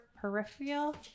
peripheral